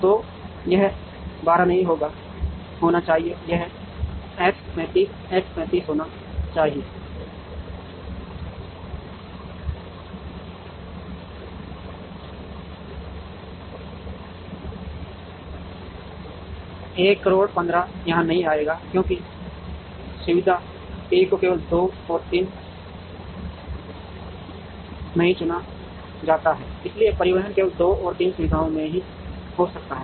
तो यह 1 2 नहीं होना चाहिए यह X 3 5 X 3 5 होना चाहिए 100000 1 5 यहां नहीं आएगा क्योंकि सुविधा एक को केवल 2 और 3 नहीं चुना जाता है इसलिए परिवहन केवल 2 और 3 सुविधाओं से ही हो सकता है